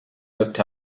looked